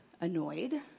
annoyed